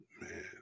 Man